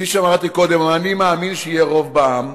כפי שאמרתי קודם, שאני מאמין שיהיה רוב בעם.